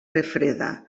refreda